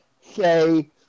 say